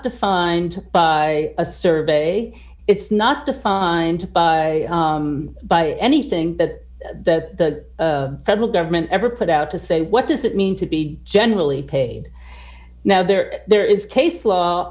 defined by a survey it's not defined by anything that the federal government ever put out to say what does it mean to be generally paid now there there is case law